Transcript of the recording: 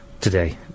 today